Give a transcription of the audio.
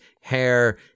Hair